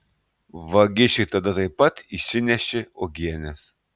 vagišiai tada taip pat išsinešė uogienes